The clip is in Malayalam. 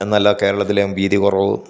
എന്നല്ല കേരളത്തിലെയും വീതി കുറവും